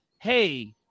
hey –